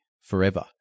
forever